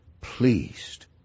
pleased